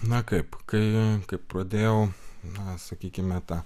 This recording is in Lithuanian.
na kaip kai pradėjau na sakykime t